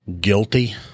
guilty